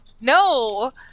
no